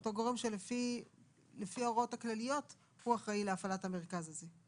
אותו גורם שלפי ההוראות הכלליות אחראי להפעלת המרכז הזה.